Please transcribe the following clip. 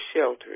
sheltered